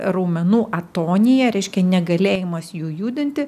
raumenų atonija reiškia negalėjimas jų judinti